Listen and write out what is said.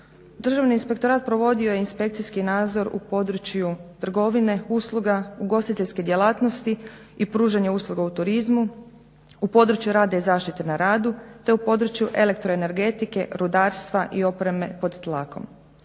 Državni inspektorat provodio je inspekciji nadzor u području trgovine, usluga, ugostiteljske djelatnosti i pružanje usluga u turizmu, u području rada i zaštite na radu te u području elektroenergetike, rudarstva i opreme pod tlakom.